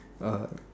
uh